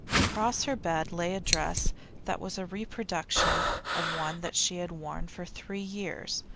across her bed lay a dress that was a reproduction of one that she had worn for three years,